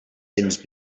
cents